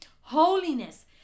holiness